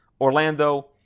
Orlando